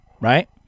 right